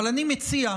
אבל אני מציע,